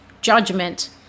judgment